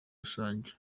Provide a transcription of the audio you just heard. rusange